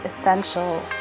essential